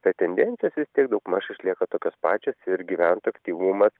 bet tendencijos vis tiek daugmaž išlieka tokios pačios ir gyventojų aktyvumas